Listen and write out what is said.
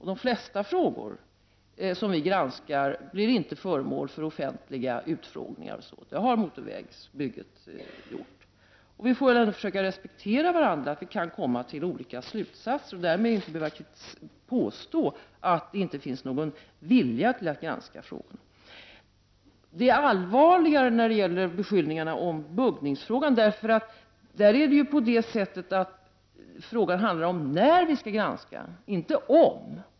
De flesta frågor som vi granskar blir inte föremål för offentliga utfrågningar, men det gäller inte också motorvägsbygget. Där har vi haft flera offentliga utfrågningar. Vi får försöka respektera varandra trots att vi kan dra olika slutsatser. Man behöver därmed inte påstå att det inte finns någon vilja att granska frågorna. Beskyllningarna i buggningsfrågan är allvarligare. Där handlar det om när vi skall granska, inte om.